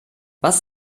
was